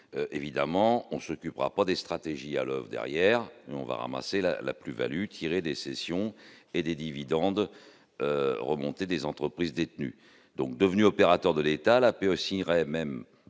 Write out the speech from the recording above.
évidemment, on s'occupera pas des stratégies à l'oeuvre derrière on va ramasser la la plus-values tirées des cessions et des dividendes remontée des entreprises détenues donc devenu opérateurs de l'État, la paix aussi même